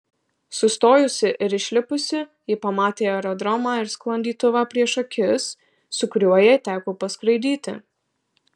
sustojusi ir išlipusi ji pamatė aerodromą ir sklandytuvą prieš akis su kuriuo jai teko paskraidyti